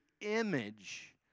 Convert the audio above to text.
image